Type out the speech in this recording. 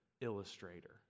illustrator